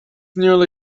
nearly